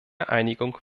einigung